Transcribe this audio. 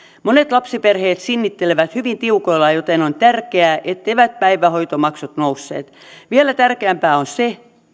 monet lapsiperheet sinnittelevät hyvin tiukoilla joten on tärkeää etteivät päivähoitomaksut nousseet vielä tärkeämpää on se